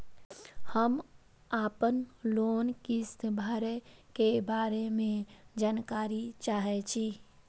हम आपन लोन किस्त भरै के बारे में जानकारी चाहै छी?